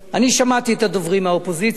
אני שמעתי את הדוברים מהאופוזיציה,